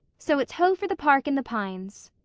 so it's ho for the park and the pines.